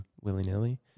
willy-nilly